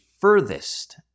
furthest